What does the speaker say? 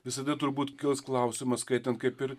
visada turbūt kils klausimas skaitant kaip ir